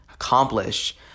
accomplish